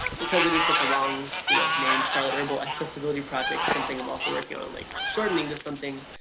because it is such a long you know name charlotte herbal accessibility project, something i'm also working on on like shortening to something,